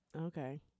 Okay